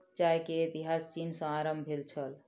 चाय के इतिहास चीन सॅ आरम्भ भेल छल